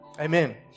Amen